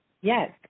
Yes